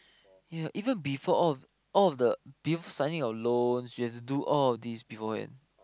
yea even before all of all of the before signing your loans you have to do all of these beforehand